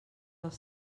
als